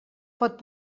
pot